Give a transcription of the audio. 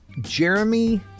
Jeremy